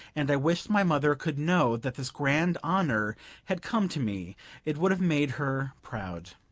and i wished my mother could know that this grand honor had come to me it would have made her proud.